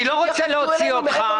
אני לא רוצה להוציא אותך.